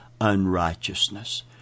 unrighteousness